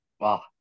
Wow